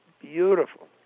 beautiful